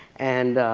and